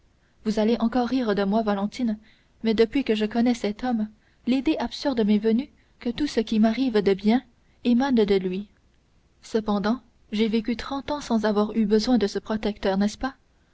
vous allez encore rire de moi valentine mais depuis que je connais cet homme l'idée absurde m'est venue que tout ce qui m'arrive de bien émane de lui cependant j'ai vécu trente ans sans avoir eu besoin de ce protecteur n'est-ce pas